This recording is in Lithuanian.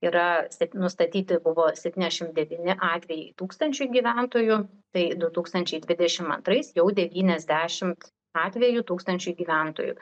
yra nustatyti buvo septyniasdešim devyni atvejai tūkstančiui gyventojų tai du tūkstančiai dvidešimt antrais jau devyniasdešimt atvejų tūkstančiui gyventojų